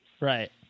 right